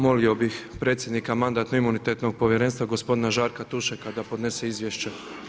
Molio bih predsjednika Mandatno-imunitetnog povjerenstva gospodina Žarka Tušeka da podnese izvješće.